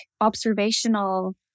observational